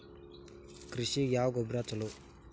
ಕೃಷಿಗ ಯಾವ ಗೊಬ್ರಾ ಛಲೋ?